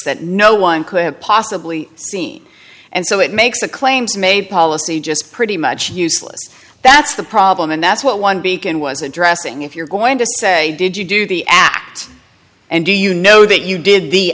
that no one could have possibly seen and so it makes the claims made policy just pretty much useless that's the problem and that's what one beacon was addressing if you're going to say did you do the act and do you know that you did the